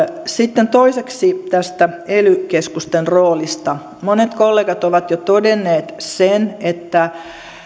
sitten toiseksi tästä ely keskusten roolista monet kollegat ovat jo todenneet sen että